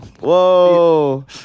Whoa